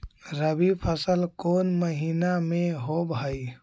रबी फसल कोन महिना में होब हई?